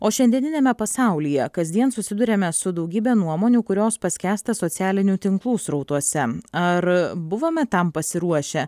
o šiandieniniame pasaulyje kasdien susiduriame su daugybe nuomonių kurios paskęsta socialinių tinklų srautuose ar buvome tam pasiruošę